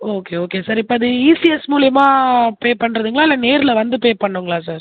okay okay sir இப்போ அந்த ECS மூலயமா பே பண்ணுறதுங்களா இல்லை நேரில் வந்து பே பண்ணுங்களா சார்